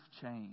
change